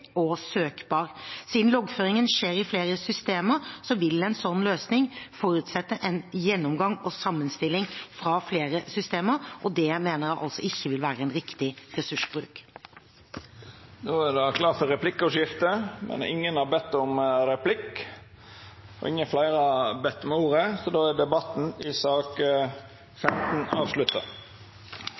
og søkbar. Siden loggføring skjer i flere systemer, vil en slik løsning forutsette en gjennomgang og sammenstilling fra flere systemer, og det mener jeg ikke vil være en riktig